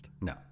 No